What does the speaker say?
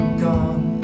gone